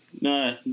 No